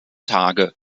tage